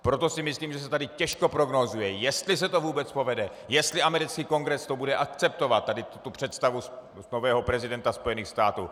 Proto si myslím, že se tady těžko prognózuje, jestli se to vůbec povede, jestli americký Kongres to bude akceptovat, tuto představu nového prezidenta Spojených států.